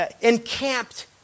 encamped